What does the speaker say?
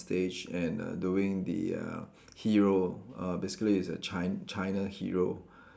stage and uh doing the uh hero uh basically is the Chi~ China hero